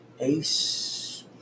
Ace